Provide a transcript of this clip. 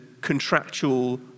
contractual